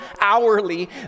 hourly